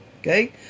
Okay